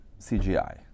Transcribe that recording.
CGI